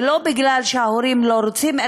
ולא משום שההורים לא רוצים,